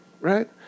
right